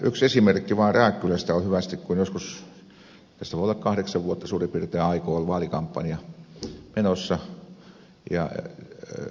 yksi hyvä esimerkki on rääkkylästä kun tästä voi olla kahdeksan vuotta suurin piirtein aikaa oli vaalikampanja menossa ja palopillit kävivät soimaan